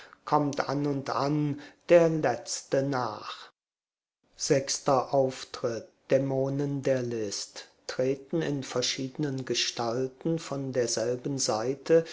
kommt an und an der letzte nach sechster auftritt dämonen der list treten in verschiedenen gestalten von derselben seite